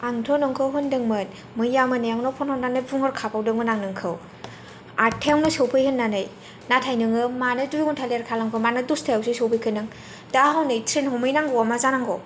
आंथ' नोंखौ होनदोंमोन मैया मोनायावनो फन हरनानै बुंहरखाबावदोंमोन आं नोंखौ आथ्थायावनो सफै होननानै नाथाय नोङो मानो दुइ घण्टा लेथ खालामखो मानो दस्थायावसो सफैखो नों दा हनै थ्रेन हमहै नांगौया मा जानांगौ